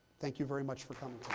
thank you very much for coming